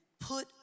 put